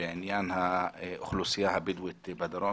בעניין האוכלוסייה הבדואית בדרום,